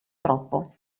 troppo